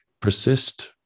persist